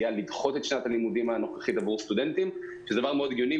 הוא על לדחות את שנת הלימודים הנוכחית עבור סטודנטים שזה דבר הגיוני.